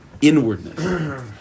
inwardness